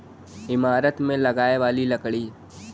ईमारत मे लगाए वाली लकड़ी